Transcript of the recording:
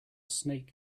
snake